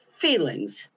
feelings